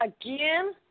Again